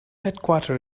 headquarter